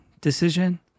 decision